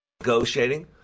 negotiating